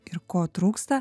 ir ko trūksta